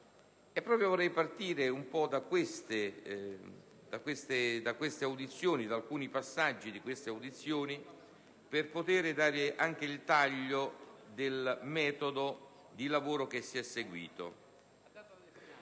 proprio da alcuni passaggi di queste audizioni per dare il taglio del metodo di lavoro che si è seguito.